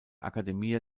academia